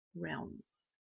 realms